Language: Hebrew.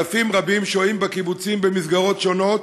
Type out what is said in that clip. אלפים רבים שוהים בקיבוצים במסגרות שונות,